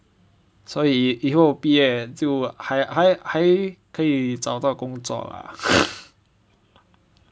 所以以后毕业就还还还可以找到工作 lah